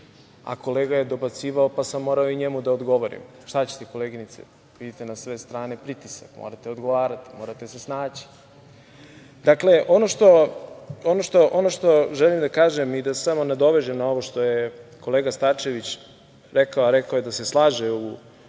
a kolega je dobacivao pa sam morao da odgovorim. Šta ćete koleginice, vidite na sve strane pritisak. Morate odgovarati, morate se snaći. Dakle, ono što želim da kažem i da se samo nadovežem na ovo što je kolega Starčević rekao, a rekao je da se slaže u